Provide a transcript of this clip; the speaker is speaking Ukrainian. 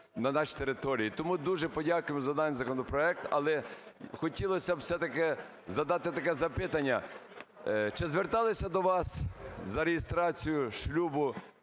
на нашій території. Тому дуже подякуємо за даний законопроект. Але хотілось би все-таки задати таке запитання: чи зверталися до вас за реєстрацією шлюбу